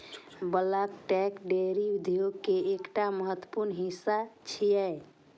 bulk tank dairy उद्योग के एकटा महत्वपूर्ण हिस्सा छियै